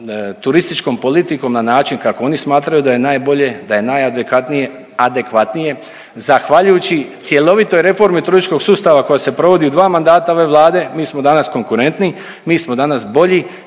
turističkom politikom na način kako oni smatraju da je najbolje, da je najadekatnije, adekvatnije. Zahvaljujući cjelovitoj reformi turističkog sustava koja se provodi u dva mandata ove Vlade mi smo danas konkurentniji, mi smo danas bolji,